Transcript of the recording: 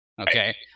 Okay